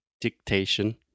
dictation